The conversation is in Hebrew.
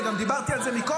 וגם דיברתי על זה מקודם,